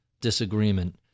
disagreement